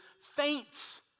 faints